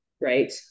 right